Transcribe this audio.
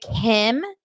Kim